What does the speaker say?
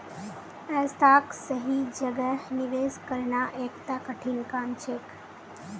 ऐसाक सही जगह निवेश करना एकता कठिन काम छेक